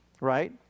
right